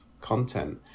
content